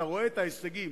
אתה רואה את ההישגים.